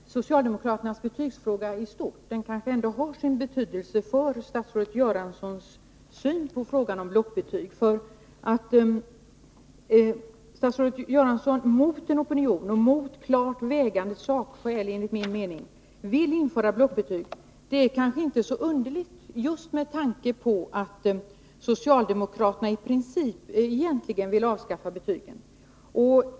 Herr talman! Socialdemokraternas syn på betygsfrågan i stort har kanske ändå sin betydelse för hur statsrådet Göransson ser på frågan om blockbetyg. Att statsrådet Göransson mot en opinion och mot enligt min mening tungt vägande sakskäl vill införa blockbetyg är kanske inte så underligt just med tanke på att socialdemokraterna i princip egentligen vill avskaffa betygen.